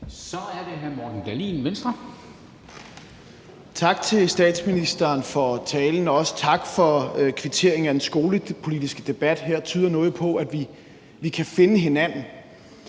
Kl. 00:00 Morten Dahlin (V): Tak til statsministeren for talen, og også tak for kvitteringen for den skolepolitiske debat. Her tyder noget på, at vi kan finde hinanden.